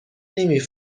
نمی